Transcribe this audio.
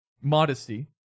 Modesty